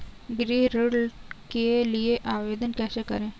गृह ऋण के लिए आवेदन कैसे करें?